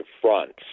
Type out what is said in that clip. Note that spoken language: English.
fronts